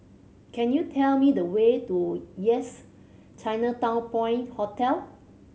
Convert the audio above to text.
can you tell me the way to Yes Chinatown Point Hotel